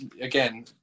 again